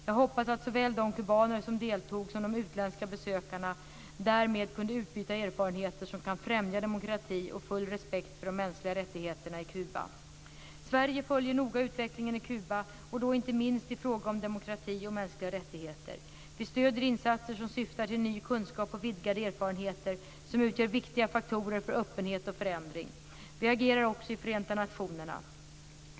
Jag hoppas att såväl de kubaner som deltog som de utländska besökarna därmed kunde utbyta erfarenheter som kan främja demokrati och full respekt för de mänskliga rättigheterna i Kuba. Sverige följer noga utvecklingen i Kuba och då inte minst i fråga om demokrati och mänskliga rättigheter. Vi stöder insatser som syftar till ny kunskap och vidgade erfarenheter, som utgör viktiga faktorer för öppenhet och förändring. Vi agerar i Förenta nationerna.